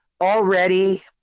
already